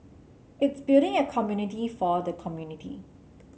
it's building a community for the community